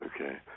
okay